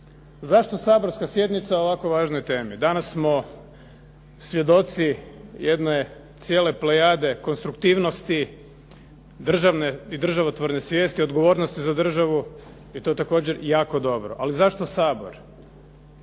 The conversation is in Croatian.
Zašto saborska sjednica o ovako važnoj temi? Danas smo svjedoci jedne cijele plejade konstruktivnosti i državotvorne svijesti, odgovornosti za državu i to je također jako dobro. Ali zašto Sabor?